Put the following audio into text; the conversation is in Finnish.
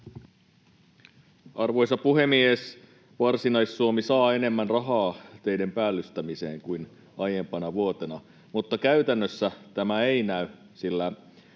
Arvoisa puhemies! Varsinais-Suomi saa enemmän rahaa teiden päällystämiseen kuin aiempana vuotena, mutta käytännössä tämä ei näy. Koska